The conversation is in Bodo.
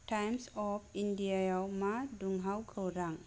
टाइम्स अफ इन्डिया याव मा दुंहाव खौरां